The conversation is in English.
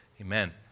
amen